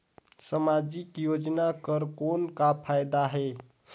समाजिक योजना कर कौन का फायदा है?